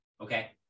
Okay